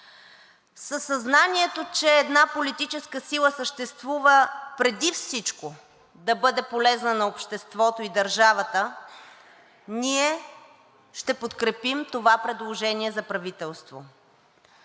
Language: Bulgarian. Със съзнанието, че една политическа сила съществува преди всичко за да бъде полезна на обществото и държавата, ние ще подкрепим това предложение за правителство.